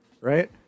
right